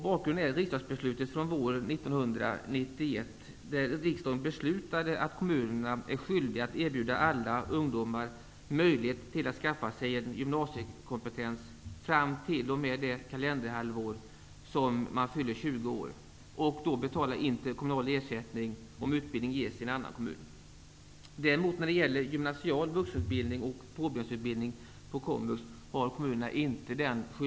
Bakgrunden är riksdagsbeslutet från våren 1991, där riksdagen beslutade att kommunerna är skyldiga att erbjuda alla ungdomar möjlighet att skaffa sig gymnasiekompetens fram t.o.m. det kalenderhalvår man fyller 20 år, och att betala interkommunal ersättning om utbildningen ges i en annan kommun. Däremot har kommunerna inte den skyldigheten när det gäller gymnasial vuxenutbildning och påbyggnadsutbildning på komvux.